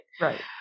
Right